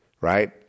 Right